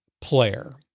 player